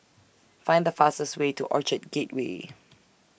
Find The fastest Way to Orchard Gateway